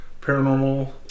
paranormal